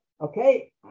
okay